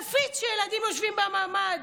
תפיץ שהילדים יושבים בממ"ד